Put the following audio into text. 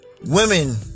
women